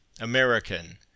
American